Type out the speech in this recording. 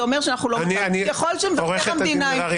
זה אומר שאנחנו לא --- עו"ד מררי,